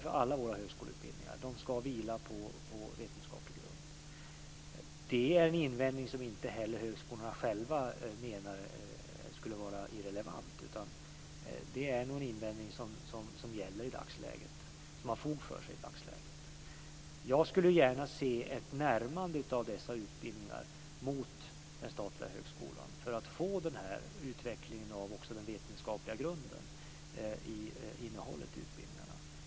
För alla våra högskoleutbildningar gäller att de ska vila på vetenskaplig grund. Detta är en invändning som inte heller högskolorna själva ser som irrelevant. Det är nog en invändning som gäller och som har fog för sig i dagsläget. Jag skulle gärna se ett närmande av dessa utbildningar mot den statliga högskolan så att vi kunde få en utveckling av den vetenskapliga grunden i utbildningarnas innehåll.